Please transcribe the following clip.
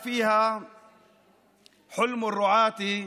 "חלום הרועים,